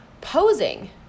posing